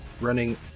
running